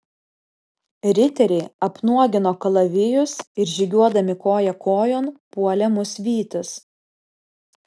riteriai apnuogino kalavijus ir žygiuodami koja kojon puolė mus vytis